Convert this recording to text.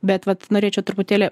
bet vat norėčiau truputėlį